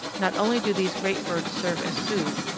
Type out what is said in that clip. not only do these great birds serve as food,